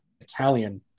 Italian